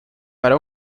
para